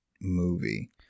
movie